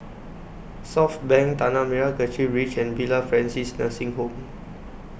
Southbank Tanah Merah Kechil Ridge and Villa Francis Nursing Home